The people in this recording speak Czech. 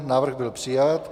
Návrh byl přijat.